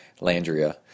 Landria